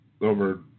over